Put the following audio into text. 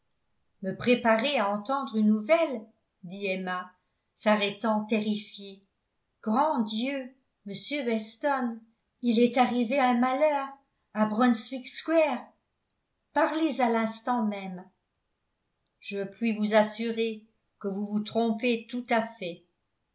me préparer à entendre une nouvelle dit emma s'arrêtant terrifiée grand dieu monsieur weston il est arrivé un malheur à brunswick square parlez à l'instant même je puis vous assurer que vous vous trompez tout à fait